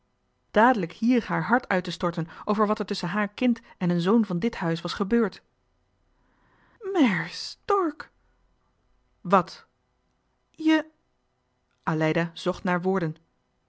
dadelijk hier haar hart uit te storten over wat er tusschen haar kind en een zoon van dit huis was gebeurd màér stork wat je